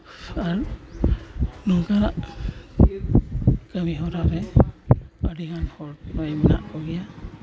ᱟᱨ ᱱᱚᱝᱟ ᱠᱟᱹᱢᱤ ᱦᱚᱨᱟ ᱨᱮ ᱟᱹᱰᱤᱜᱟᱱ ᱦᱚᱲ ᱢᱮᱱᱟᱜ ᱠᱚᱜᱮᱭᱟ